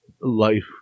Life